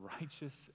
righteous